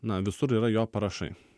na visur yra jo parašai